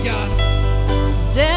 God